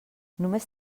només